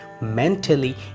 mentally